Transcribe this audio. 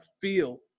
feel